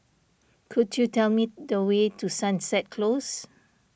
could you tell me the way to Sunset Close